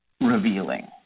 revealing